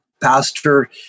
pastor